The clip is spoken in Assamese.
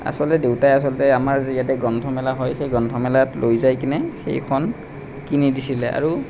আচলতে দেউতাই আচলতে আমাৰ যি ইয়াতে গ্ৰন্থমেলা হয় সেই গ্ৰন্থমেলাত লৈ যায় কিনে সেইখন কিনি দিছিলে আৰু